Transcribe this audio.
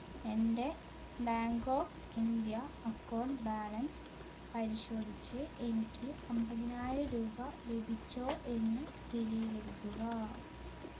എൻ്റെ bank of India account balance പരിശോധിച്ച് എനിക്ക് അമ്പതിനായിരം രൂപ ലഭിച്ചോ എന്ന് സ്ഥിരീകരിക്കുക